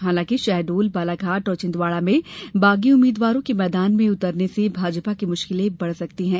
हालांकि शहडोल बालाघाट और छिन्दवाड़ा में बागी उम्मीदवारों के मैदान में उतरने से भाजपा की मुश्किलें बढ़ सकती है